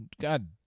God